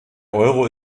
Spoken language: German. euro